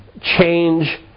change